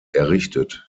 errichtet